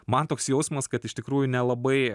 man toks jausmas kad iš tikrųjų nelabai